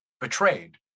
betrayed